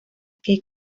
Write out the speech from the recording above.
que